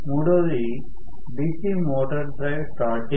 మూడోది dc motor drive starting